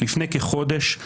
לפי ההסדר הזה.